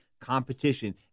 Competition